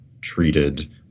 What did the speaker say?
treated